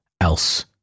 else